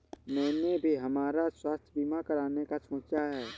मैंने भी हमारा स्वास्थ्य बीमा कराने का सोचा है